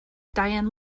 diane